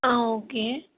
ஆ okay